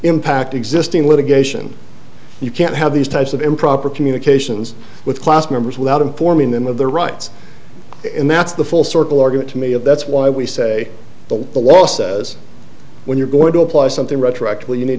impact existing litigation you can't have these types of improper communications with class members without informing them of their rights and that's the full circle argument to me of that's why we say that the law says when you're going to apply something retroactively you need